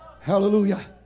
Hallelujah